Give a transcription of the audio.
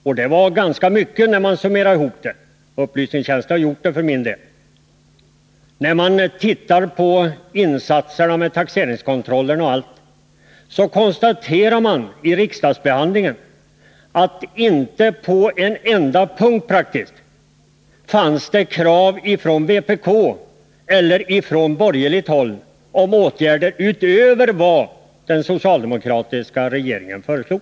Och det var ganska mycket när man summerade ihop det — upplysningstjänsten har gjort det för min del. När man ser på insatserna — taxeringskontrollen och allt det andra — konstaterar man att det i riksdagsbehandlingen praktiskt taget inte på en enda punkt fanns krav från vpk eller från borgerligt håll på åtgärder utöver vad den socialdemokratiska regeringen föreslog.